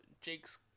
Jake's